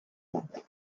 bat